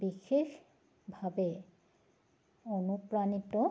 বিশেষভাৱে অনুপ্ৰাণিত